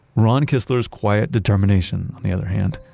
ron kistler's quiet determination, on the other hand,